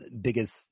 biggest